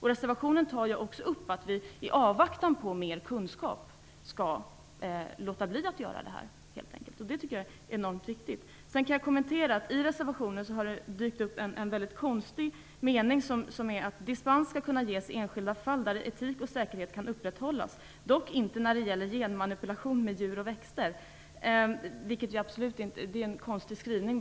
I reservationen sägs ju också att vi i avvaktan på mer kunskap skall låta bli att göra det här. I reservationen finns också en mycket konstig mening där det står att dispens skall kunna ges i enskilda fall där etik och säkerhet kan upprätthållas - dock inte när det gäller genmanipulation med växter och djur. Det är en konstig skrivning.